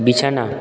বিছানা